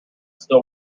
still